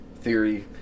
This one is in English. theory